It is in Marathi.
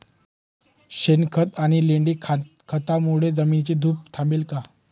शेणखत आणि लेंडी खतांमुळे जमिनीची धूप थांबेल का?